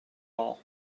all